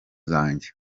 zanjye